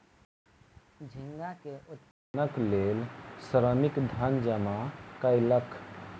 झींगा के उत्पादनक लेल श्रमिक धन जमा कयलक